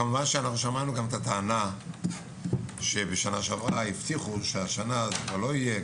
כמובן שגם שמענו את הטענה שבשנה שעברה הבטיחו שהשנה זה כבר לא יהיה.